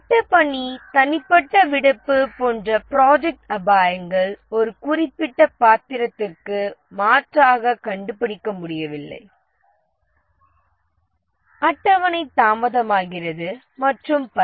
திட்டப்பணி தனிப்பட்ட விடுப்பு போன்ற ப்ராஜெக்ட் அபாயங்கள் ஒரு குறிப்பிட்ட பாத்திரத்திற்கு மாற்றாக கண்டுபிடிக்க முடியவில்லை அட்டவணை தாமதமாகிறது மற்றும் பல